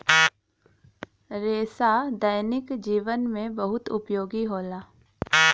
रेसा दैनिक जीवन में बहुत उपयोगी होला